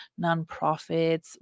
nonprofits